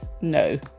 No